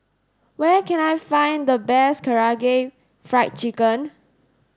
where can I find the best Karaage Fried Chicken